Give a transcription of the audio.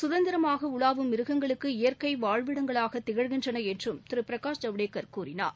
சுதந்திரமாக உலாவும் மிருகங்களுக்கு இயற்கை வாழ்விடங்களாக திகழ்கின்றன என்றும் திருபிரகாஷ் ஜவடேகர் கூறினார்